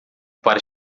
para